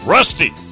Rusty